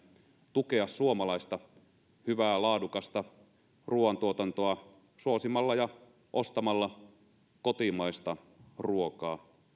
tukea suomalaista hyvää laadukasta ruoantuotantoa suosimalla ja ostamalla kotimaista ruokaa